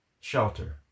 Shelter